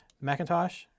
Macintosh